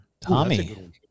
Tommy